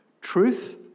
Truth